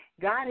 God